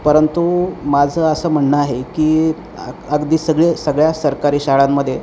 परंतु माझं असं म्हणणं आहे की अगदी सगळे सगळ्या सरकारी शाळांमध्ये